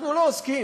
אנחנו לא עוסקים.